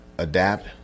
Adapt